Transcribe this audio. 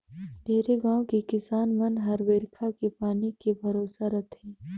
ढेरे गाँव के किसान मन हर बईरखा के पानी के भरोसा रथे